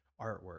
artwork